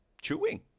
chewing